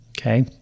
Okay